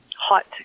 hot